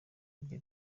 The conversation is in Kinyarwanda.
bye